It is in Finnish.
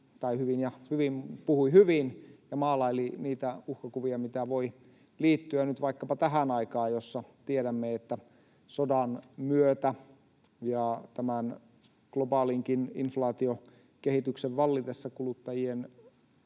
tai hyvin ja hyvin — puhui hyvin ja maalaili niitä uhkakuvia, mitä voi liittyä vaikkapa nyt tähän aikaan, jossa tiedämme, että sodan myötä ja tämän globaalinkin inflaatiokehityksen vallitessa kuluttajien